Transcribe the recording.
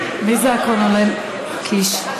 מי זה הקולונל קיש?